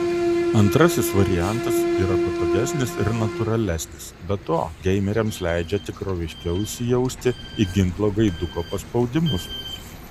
antrasis variantas yra patogesnis ir natūralesnis be to geimeriams leidžia tikroviškiau įsijausti į ginklo gaiduko paspaudimus